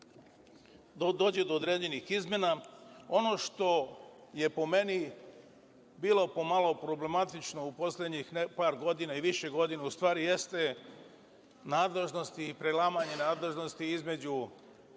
dođe do određenih izmena. Ono što je po meni bilo po malo problematično u poslednjih par godina, i više godina u stvari, jeste nadležnost i prelamanje nadležnosti između